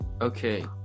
Okay